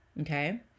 Okay